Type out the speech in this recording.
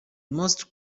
most